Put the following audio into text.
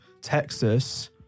Texas